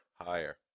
higher